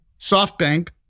SoftBank